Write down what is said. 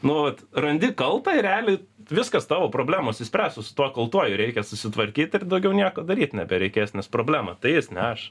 nu vat randi kaltą ir realiai viskas tavo problemos išspręstos su tuo kaltuoju reikia susitvarkyt ir daugiau nieko daryt nebereikės nes problema tai jis ne aš